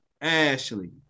Ashley